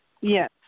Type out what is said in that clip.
Yes